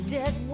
dead